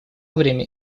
время